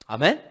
Amen